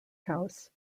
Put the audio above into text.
house